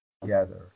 together